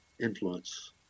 influence